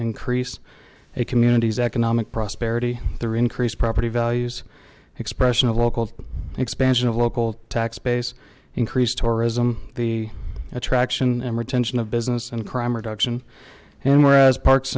increase a community's economic prosperity their increased property values expression of local expansion of local tax base increased tourism the attraction and retention of business and crime reduction and whereas par